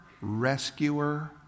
rescuer